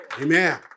Amen